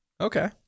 Okay